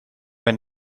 mijn